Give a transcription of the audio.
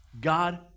God